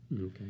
Okay